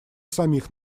самих